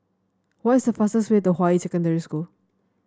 what is the fastest way to Hua Yi Secondary School